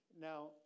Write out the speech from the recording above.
Now